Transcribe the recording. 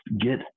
get